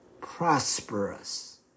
Prosperous